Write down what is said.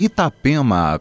Itapema